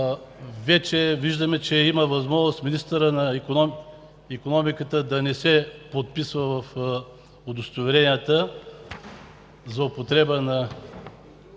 вече, че има възможност министърът на икономиката да не се подписва в удостоверенията за употреба на